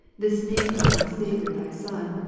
this name of my saviour thy son,